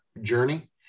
journey